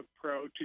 Pro